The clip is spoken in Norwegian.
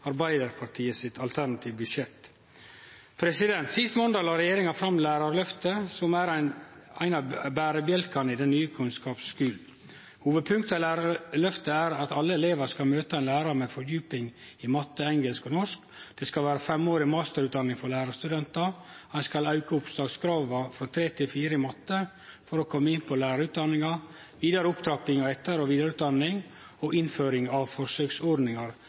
Arbeidarpartiet sitt alternative budsjett. Sist måndag la regjeringa fram lærarløftet, som er ein av bærebjelkane i den nye kunnskapsskulen. Hovudpunkta i lærarløftet er at alle elevar skal møte ein lærar med fordjuping i matte, engelsk og norsk, det skal vere femårig masterutdanning for lærarstudentar, ein skal auke opptakskrava frå 3 til 4 i matte for å kome inn på lærarutdanninga, vidare opptrapping av etter- og vidareutdanning og innføring av forsøksordningar